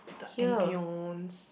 the ambience